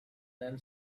then